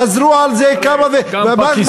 חזרו על זה כמה, גם פקיסטן אמרה אותו דבר.